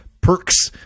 perks